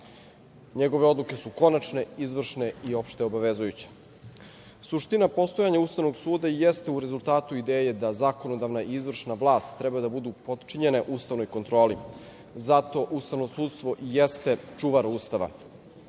NJegove odluke su konačne, izvršne i opšte obavezujuće. Suština postojanja Ustavnog suda i jeste u rezultatu ideje da zakonodavna, izvršna vlast treba da budu potčinjene ustavnoj kontroli, zato ustavno sudstvo jeste čuvar Ustava,